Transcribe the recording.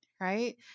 right